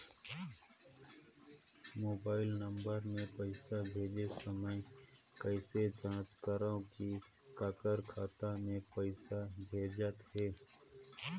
Mobile number मे पइसा भेजे समय कइसे जांच करव की काकर खाता मे पइसा भेजात हे?